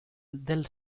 del